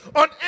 on